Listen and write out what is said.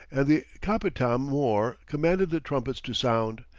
and the capitam mor commanded the trumpets to sound,